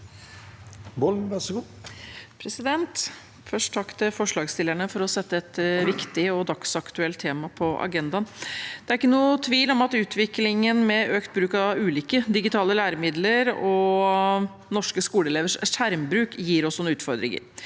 (SV) Takk til forslagsstiller- ne for å sette et viktig og dagsaktuelt tema på agendaen. Det er ikke noen tvil om at utviklingen med økt bruk av ulike digitale læremidler og norske skoleelevers skjermbruk gir oss noen utfordringer.